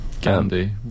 Candy